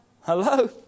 Hello